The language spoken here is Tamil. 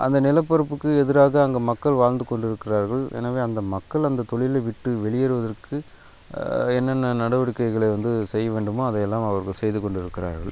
அந்த நிலப்பரப்புக்கு எதிராக அங்கே மக்கள் வாழ்ந்து கொண்டிருக்கிறார்கள் எனவே அந்த மக்கள் அந்த தொழிலை விட்டு வெளியேறுவதற்கு என்னென்ன நடவடிக்கைகளை வந்து செய்ய வேண்டுமோ அதை எல்லாம் அவர்கள் செய்து கொண்டிருக்கிறார்கள்